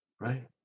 Right